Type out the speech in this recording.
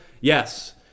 Yes